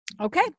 Okay